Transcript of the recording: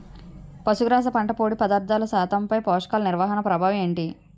పశుగ్రాస పంట పొడి పదార్థాల శాతంపై పోషకాలు నిర్వహణ ప్రభావం ఏమిటి?